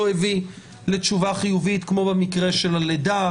הביא לתשובה חיובית כמו במקרה של הלידה,